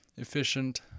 efficient